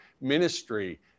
ministry